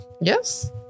yes